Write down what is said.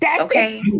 Okay